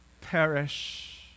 Perish